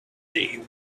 see